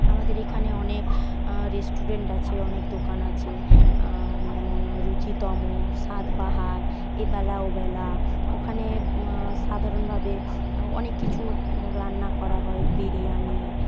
আমাদের এখানে অনেক রেস্টুরেন্ট আছে অনেক দোকান আছে যেমন রুচিতম স্বাদবাহার এবেলা ওবেলা ওখানে সাধারণভাবে অনেক কিছু রান্না করা হয় বিরিয়ানি